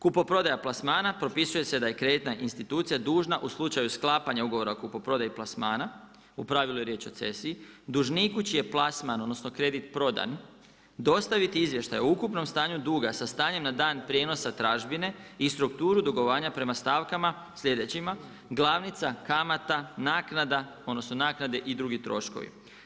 Kupoprodaje plasmana, propisuje se da je kreditna institucija dužna u slučaju sklapanju ugovora o kupoprodaji plasmani, u pravilu je riječ o cesiji, dužnik čiju je plasman, odnosno, kredit prodan, dostaviti izvještaj o ukupnom stanju duga, sa stanjem na dan prijenosa tražbine i strukturu dugovanja prema stavkama slijedećima, glavnica, kamata, naknada, odnosno, naknade i dr. troškovi.